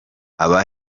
aba